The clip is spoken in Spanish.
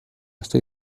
estoy